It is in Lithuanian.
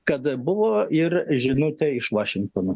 kad buvo ir žinutė iš vašingtono